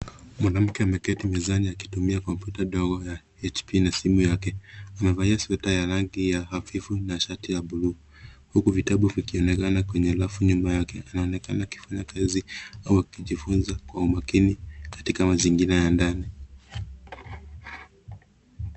Mwanamke ameketi mezani akitumia kompyuta ndogo ya hp , na simu yake. Amevalia sweater ya rangi ya hafifu, na shati ya blue , huku vitabu vikionekana kwenye rafu nyuma yake. Anaonekana akifanya kazi, au akijifunza kwa umakini, katika mazingira ya ndani.